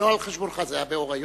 זה היה באור היום?